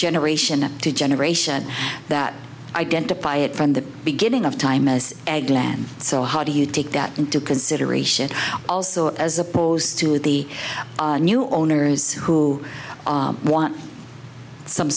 generation to generation that identify it from the beginning of time as egg land so how do you take that into consideration also as opposed to the new owners who want some